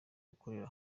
gukorera